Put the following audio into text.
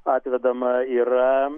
atvedama yra